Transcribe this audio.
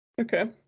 Okay